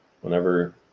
Whenever